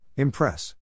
Impress